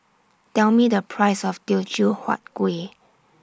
Tell Me The Price of Teochew Huat Kueh